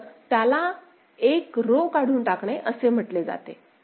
तर त्याला एक रो काढून टाकणे असे म्हटले जाते